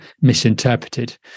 misinterpreted